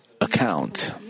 account